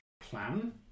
plan